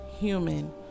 human